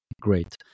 great